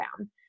down